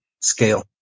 scale